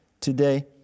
today